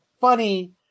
funny